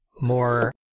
more